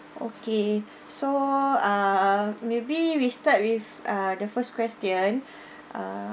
okay so uh maybe we start with ah the first question uh